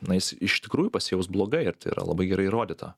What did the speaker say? na jis iš tikrųjų pasijaus blogai ir tai yra labai gerai įrodyta